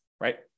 right